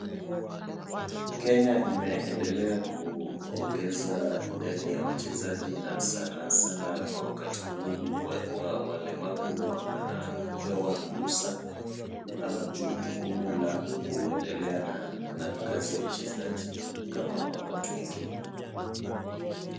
Kenya imeendelea kuongeza idadi ya wachezaji na sanasana kwa wakati huu walemavu wanapewa ruhusa ama jukumu la kuendelea na na kazi ya uchezaji kama watu wengine .